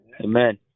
Amen